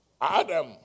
Adam